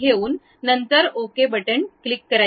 घेऊन नंतर okay button click करा